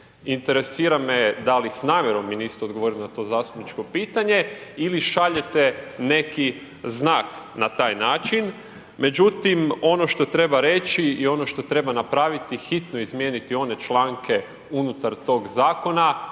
interesira me da li s namjerom mi niste odgovorili na to zastupničko pitanje ili šaljete neki znak na taj način. Međutim, ono što treba reći i ono što treba napraviti, hitno izmijeniti one članke unutar tog zakona